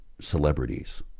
Celebrities